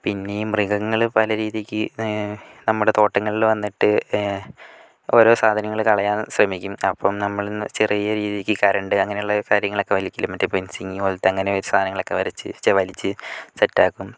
പിന്നെയീ മൃഗങ്ങള് പല രീതിയ്ക്ക് നമ്മുടെ തോട്ടങ്ങളില് വന്നിട്ട് ഓരോ സാധനങ്ങള് കളയാന് ശ്രമിക്കും അപ്പം നമ്മള് ചെറിയ രീതിയ്ക്ക് കറണ്ട് അങ്ങനെയുള്ള കാര്യങ്ങളൊക്കെ വലിക്കും മറ്റേ പെന്സിംഗ് പോലത്തെ അങ്ങനെ ഓരോ സാധനങ്ങളൊക്കെ വരച്ച് ച്ചെ വലിച്ച് സെറ്റാക്കും